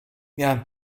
miałam